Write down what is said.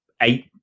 eight